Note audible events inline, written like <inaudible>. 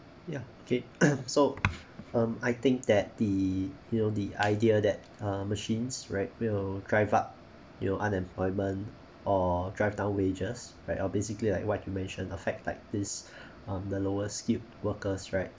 ya okay <coughs> so um I think that the you know the idea that um machines right will drive up your unemployment or drive down wages right are basically like what you mention effect like this <breath> um the lower skilled workers right